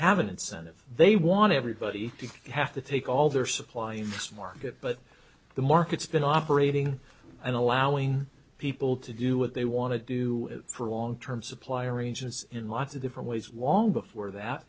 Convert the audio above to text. have an incentive they want everybody to have to take all their supply of this market but the market's been operating and allowing people to do what they want to do for long term supply arrangements in lots of different ways long before that